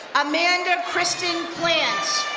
amanda kristen plant,